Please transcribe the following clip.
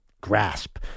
grasp